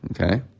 Okay